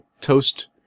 toast